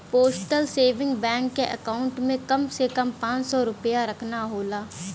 postal saving bank क account में कम से कम पांच सौ रूपया रखना होला